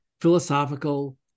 philosophical